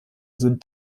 sind